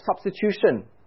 substitution